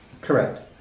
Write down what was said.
Correct